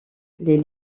les